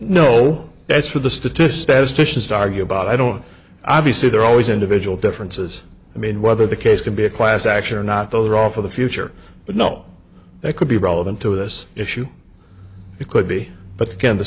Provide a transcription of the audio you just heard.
no that's for the statistic as titian's to argue about i don't obviously there are always individual differences i mean whether the case can be a class action or not those are all for the future but no they could be relevant to this issue it could be but the